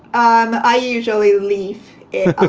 um i usually leave it